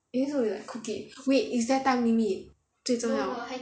are you supposed to like cook it wait is there time limit 最重要